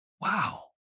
wow